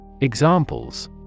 Examples